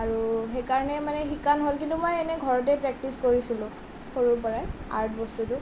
আৰু সেইকাৰণে মানে শিকা নহ'ল কিন্তু মই এনেই ঘৰতে প্ৰেক্টিছ কৰিছিলোঁ সৰুৰ পৰাই আৰ্ট বস্তুটো